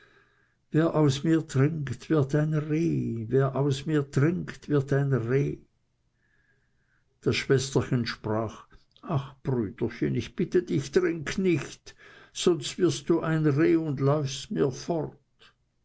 wer aus mir trinkt wird ein reh wer aus mir trinkt wird ein reh das schwesterchen sprach ach brüderchen ich bitte dich trink nicht sonst wirst du ein reh und läufst mir fort